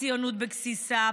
הציונות בגסיסה,